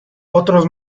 otros